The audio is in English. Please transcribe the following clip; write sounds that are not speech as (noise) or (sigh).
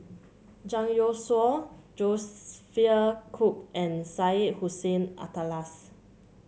Zhang Youshuo (unintelligible) Cooke and Syed Hussein Alatas